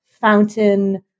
fountain